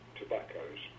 tobaccos